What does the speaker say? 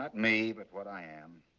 not me, but what i am.